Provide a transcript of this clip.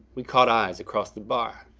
we caught eyes across the bar.